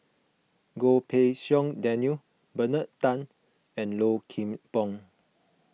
Goh Pei Siong Daniel Bernard Tan and Low Kim Pong